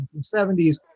1970s